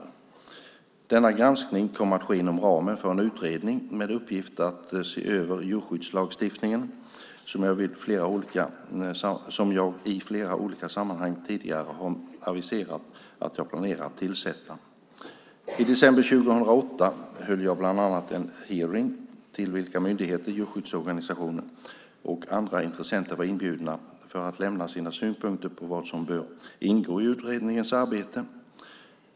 Denna granskning kommer att ske inom ramen för en utredning med uppgift att se över djurskyddslagstiftningen som jag i flera olika sammanhang tidigare har aviserat att jag planerar att tillsätta. I december 2008 höll jag bland annat en hearing till vilken myndigheter, djurskyddsorganisationer och andra intressenter var inbjudna för att lämna sina synpunkter på vad som bör ingå i utredningens arbete.